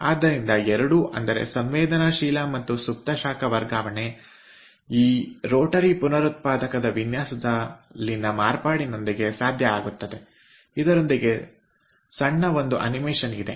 ಆದ್ದರಿಂದ ಎರಡೂ ಅಂದರೆ ಸಂವೇದನಾಶೀಲ ಮತ್ತು ಸುಪ್ತ ಶಾಖ ವರ್ಗಾವಣೆ ಈ ರೋಟರಿ ಪುನರುತ್ಪಾದಕದ ವಿನ್ಯಾಸದಲ್ಲಿನ ಮಾರ್ಪಾಡಿನೊಂದಿಗೆ ಸಾಧ್ಯ ಆಗುತ್ತದೆ ಇದರೊಂದಿಗೆ ಸಣ್ಣ ಒಂದು ಚಿತ್ರ ಸಂಚಲನ ಇದೆ